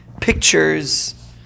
pictures